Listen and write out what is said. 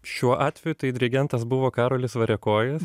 šiuo atveju tai dirigentas buvo karolis variakojis